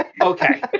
Okay